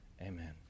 Amen